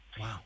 Wow